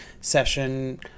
session